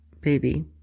Baby